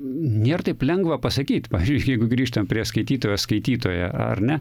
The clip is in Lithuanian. nėr taip lengva pasakyt jeigu grįžtana prie skaitytojas skaitytoja ar ne